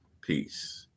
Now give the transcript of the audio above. Peace